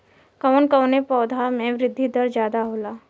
कवन कवने पौधा में वृद्धि दर ज्यादा होला?